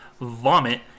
vomit